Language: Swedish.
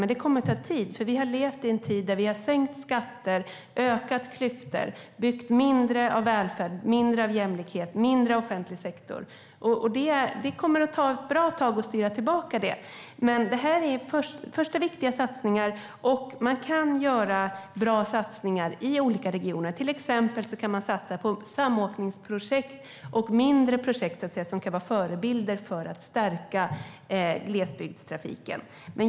Men det kommer att ta tid, för vi har levt i en tid där man har sänkt skatter, ökat klyftor och byggt mindre av välfärd, mindre av jämlikhet och mindre offentlig sektor. Det kommer att ta ett bra tag att styra tillbaka detta, men detta är några första viktiga satsningar. Man kan göra bra satsningar i olika regioner. Man kan till exempel satsa på samåkningsprojekt och mindre projekt som kan vara förebilder för att stärka glesbygdstrafiken.